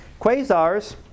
Quasars